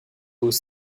aux